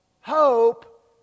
hope